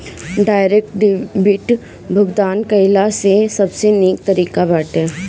direct debit भुगतान कइला से सबसे निक तरीका बाटे